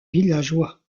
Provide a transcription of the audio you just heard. villageois